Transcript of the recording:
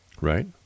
Right